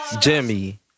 Jimmy